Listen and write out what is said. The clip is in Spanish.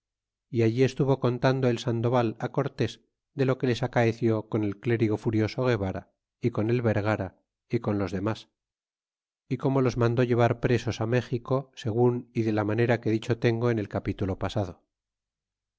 y allí estuvo contando el sandoval cortés de lo que les acaeció con el clérigo furioso guevara y con el vergara y con los demas y como los mandó llevar presos méxico segun y de la manera que dicho tengo en el capítulo pasado